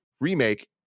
remake